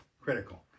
critical